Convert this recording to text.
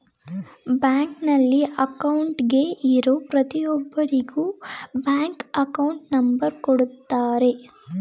ಬ್ಯಾಂಕಲ್ಲಿ ಅಕೌಂಟ್ಗೆ ಇರೋ ಪ್ರತಿಯೊಬ್ಬರಿಗೂ ಬ್ಯಾಂಕ್ ಅಕೌಂಟ್ ನಂಬರ್ ಕೊಡುತ್ತಾರೆ